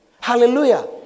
Hallelujah